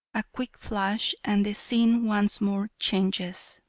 a quick flash, and the scene once more changes.